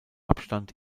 abstand